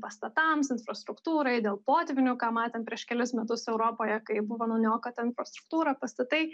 pastatams infrastruktūrai dėl potvynių ką matėm prieš kelis metus europoje kai buvo nuniokota infrastruktūra pastatai